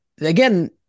again